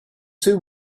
two